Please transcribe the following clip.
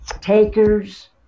takers